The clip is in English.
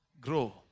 grow